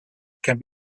can